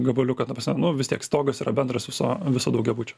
gabaliuką ta prasme nu vis tiek stogas yra bendras viso viso daugiabučio